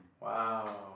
Wow